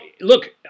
look